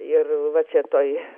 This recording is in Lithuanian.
ir va čia tuoj